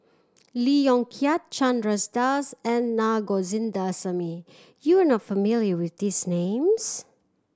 Lee Yong Kiat Chandras Das and Na Govindasamy you are not familiar with these names